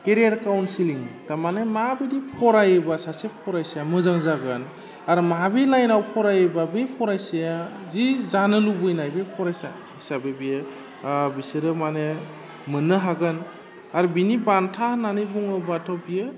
career counselling थारमाने माबायदि फरायोबा सासे फरायसाया मोजां जागोन आरो माबे लाइनाव फरायोबा बै फरायसाया जि जानो लुगैनाय बे फरायसा हिसाबै बियो बिसोरो माने मोन्नो हागोन आरो बिनि बान्था होन्नानै बुङोबाथ' बियो